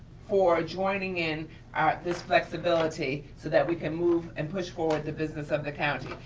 for joining in this flexibility so that we can move and push forward the business of the county.